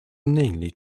inanely